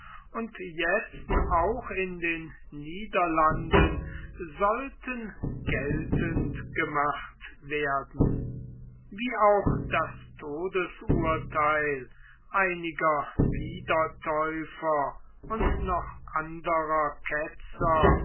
und jetzt auch in den niederlanden sollten geltend gemacht werden wie auch das todesurtheil einiger wiedertäufer und noch anderer ketzer